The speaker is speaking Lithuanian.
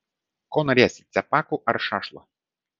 ko norėsi cepakų ar šašlo